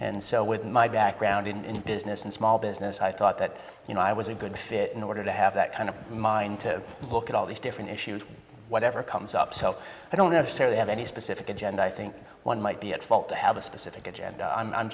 and so with my background in business and small business i thought that you know i was a good fit in order to have that kind of mind to look at all these different issues whatever comes up so i don't necessarily have any specific agenda i think one might be at fault to have a specific agenda i'm